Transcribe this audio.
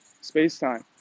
space-time